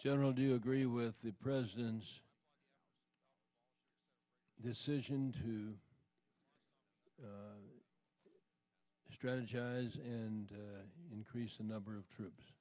general do you agree with the president's decision to strategize and increase the number of troops